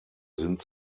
sind